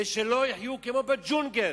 ושלא יחיו כמו בג'ונגל.